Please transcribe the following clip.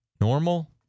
Normal